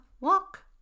walk